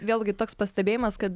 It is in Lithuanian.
vėlgi toks pastebėjimas kad